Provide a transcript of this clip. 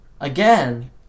Again